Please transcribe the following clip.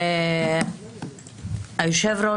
היושב-ראש,